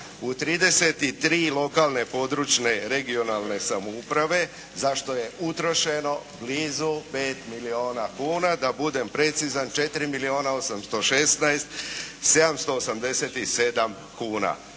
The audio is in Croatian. u 33 lokalne, područne (regionalne) samouprave za što je utrošeno blizu l5 milijuna kuna, da budem precizan 4 milijuna 816 787 kuna.